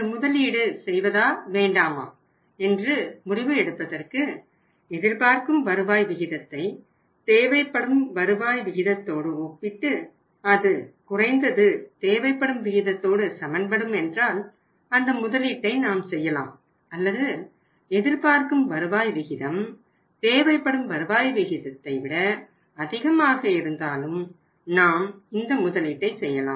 இந்த முதலீடு செய்வதா வேண்டாமா என்று முடிவு எடுப்பதற்கு எதிர்பார்க்கும் வருவாய் விகிதத்தை தேவைப்படும் வருவாய் விகிதத்தோடு ஒப்பிட்டு அது குறைந்தது தேவைப்படும் விகிதத்தோடு சமன்படும் என்றால் அந்த முதலீட்டை நாம் செய்யலாம் அல்லது எதிர்பார்க்கும் வருவாய் விகிதம் தேவைப்படும் வருவாய் விகிதத்தை விட அதிகமாக இருந்தாலும் நாம் இந்த முதலீட்டை செய்யலாம்